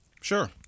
Sure